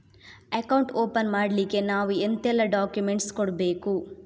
Account open ಮಾಡ್ಲಿಕ್ಕೆ ನಾವು ಎಂತೆಲ್ಲ ಡಾಕ್ಯುಮೆಂಟ್ಸ್ ಕೊಡ್ಬೇಕು?